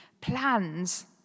plans